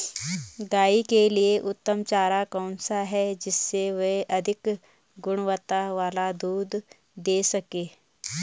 गाय के लिए उत्तम चारा कौन सा है जिससे वह अधिक गुणवत्ता वाला दूध दें सके?